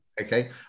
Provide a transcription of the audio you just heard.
Okay